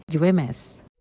UMS